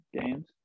games